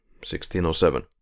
1607